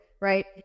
right